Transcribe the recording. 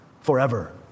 forever